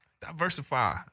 diversify